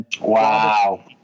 Wow